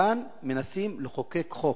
כאן מנסים לחוקק חוק,